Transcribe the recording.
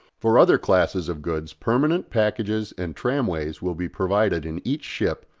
for other classes of goods permanent packages and tramways will be provided in each ship,